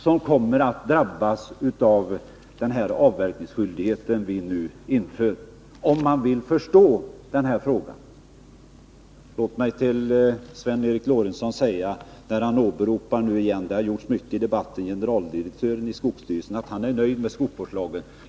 Jag tycker det är bevis nog för att det bara — om man verkligen vill förstå den här frågan — är de passiva skogsägarna som kommer att drabbas. Sven Eric Lorentzon säger att generaldirektören i skogsstyrelsen är nöjd med skogsvårdslagen.